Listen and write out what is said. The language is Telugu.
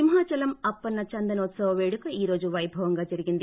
సింహాచలం అప్పన్న చందనోత్సవ పేడుక ఈరోజు వైభవంగా జరిగింది